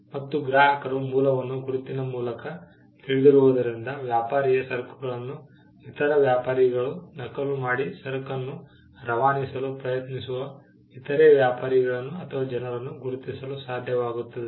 ಮತ್ತು ಗ್ರಾಹಕರು ಮೂಲವನ್ನು ಗುರುತಿನ ಮೂಲಕ ತಿಳಿದಿರುವುದರಿಂದ ವ್ಯಾಪಾರಿಯ ಸರಕುಗಳನ್ನು ಇತರ ವ್ಯಾಪಾರಿಗಳು ನಕಲು ಮಾಡಿ ಸರಕನ್ನು ರವಾನಿಸಲು ಪ್ರಯತ್ನಿಸುವ ಇತರೆ ವ್ಯಾಪಾರಿಗಳನ್ನು ಅಥವಾ ಜನರನ್ನು ಗುರುತಿಸಲು ಸಾಧ್ಯವಾಗುತ್ತದೆ